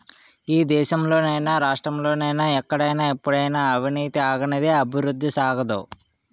ఈ దేశంలో నైనా రాష్ట్రంలో నైనా ఎక్కడైనా ఎప్పుడైనా అవినీతి ఆగనిదే అభివృద్ధి సాగదు